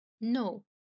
No